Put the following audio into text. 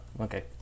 okay